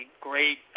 great